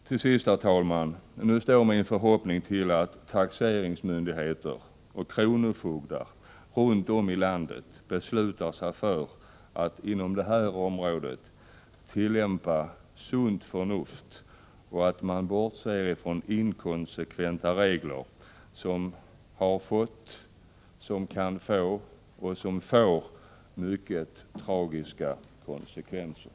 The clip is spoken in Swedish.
Till sist, herr talman, står min förhoppning till att taxeringsmyndigheter och kronofogdar runt om i landet beslutar sig för att inom detta område tillämpa sunt förnuft och bortse från inkonsekventa regler som har fått, som kan få och som får mycket tragiska konsekvenser.